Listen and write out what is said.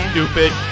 Stupid